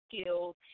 skills